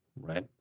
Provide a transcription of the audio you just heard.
right